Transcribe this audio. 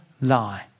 lie